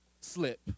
slip